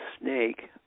snake